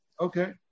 Okay